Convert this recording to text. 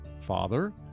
Father